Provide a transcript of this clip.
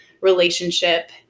relationship